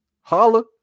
Holla